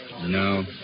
No